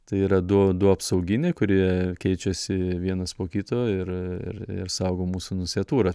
tai yra du du apsauginiai kurie keičiasi vienas po kito ir ir saugo mūsų nunciatūrą